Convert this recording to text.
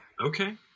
Okay